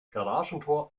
garagentor